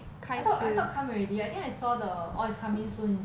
I thought I thought come already eh I think I saw orh it is coming soon is it